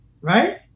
right